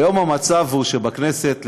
היום המצב הוא שבכנסת,